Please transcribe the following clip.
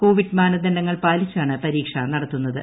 Covid മാനദണ്ഡങ്ങൾ പാലിച്ചാണ് പരീക്ഷ നട്ടത്തൂന്നത്